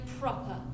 proper